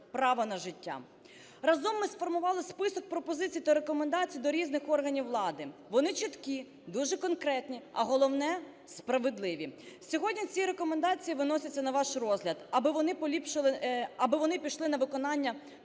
право на життя. Разом ми сформували список пропозицій та рекомендацій до різних органів влади, вони чіткі, дуже конкретні, а головне – справедливі. Сьогодні ці рекомендації виносяться на ваш розгляд. Аби вони пішли на виконання, потрібне